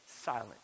silent